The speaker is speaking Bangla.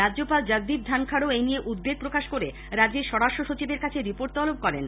রাজ্যপাল জগদীপ ধনখড়ও এনিয়ে উদ্বেগ প্রকাশ করে রাজ্যের স্বরাষ্ট্রসচিবের কাছে রিপোর্ট তলব করেন